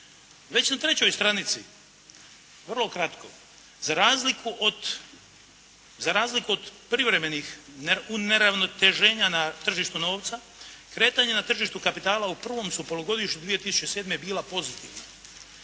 Već na trećoj stranici vrlo kratko. Za razliku od privremenih uneravnoteženja na tržištu novca, kretanje na tržištu kapitala u prvom su polugodištu 2007. bila pozitivna